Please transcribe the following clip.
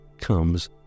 comes